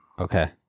okay